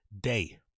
day